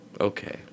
Okay